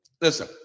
listen